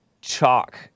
chalk